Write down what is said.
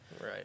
Right